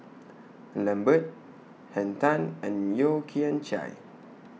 Lambert Henn Tan and Yeo Kian Chai